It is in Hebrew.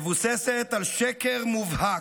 מבוססת על שקר מובהק,